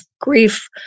grief